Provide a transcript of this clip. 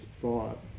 thought